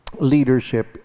leadership